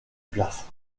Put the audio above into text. place